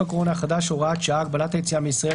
הקורונה החדש (הוראת שעה) (הגבלת היציאהמישראל),